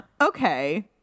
Okay